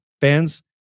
fans